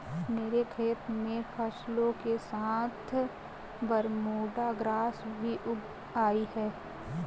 मेरे खेत में फसलों के साथ बरमूडा ग्रास भी उग आई हैं